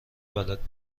بلد